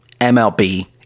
MLB